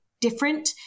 different